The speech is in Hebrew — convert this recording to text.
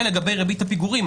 ולגבי ריבית הפיגורים,